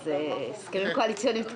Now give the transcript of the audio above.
אז ההסכמים הקואליציוניים תקפים.